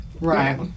Right